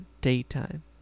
daytime